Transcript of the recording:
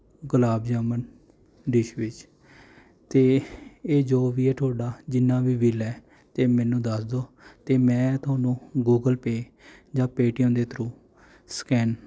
ਗੁਲਾਬ jamun dish ਵਿੱਚ ਅਤੇ ਇਹ ਜੋ ਵੀ ਹੈ ਤੁਹਾਡਾ ਜਿੰਨਾਂ ਵੀ ਬਿੱਲ ਹੈ ਅਤੇ ਮੈਨੂੰ ਦੱਸ ਦਿਉ ਅਤੇ ਮੈਂ ਤੁਹਾਨੂੰ ਗੂਗਲ ਪੇਅ ਜਾਂ ਪੇਟੀਐਮ ਦੇ ਥਰੂ ਸਕੈਨ